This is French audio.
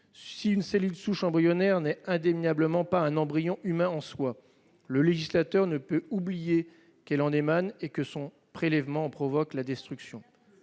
qu'une cellule souche embryonnaire n'est pas un embryon humain en soi, le législateur ne peut oublier qu'elle en émane et que son prélèvement en provoque la destruction.